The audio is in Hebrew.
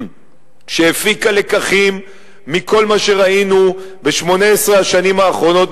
שהפיקה לקחים מכל מה שראינו ב-18 השנים האחרונות,